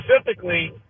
specifically